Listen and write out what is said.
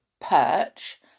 perch